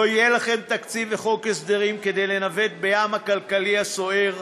לא יהיה לכם תקציב וחוק הסדרים כדי לנווט בים הכלכלי הסוער.